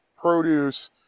produce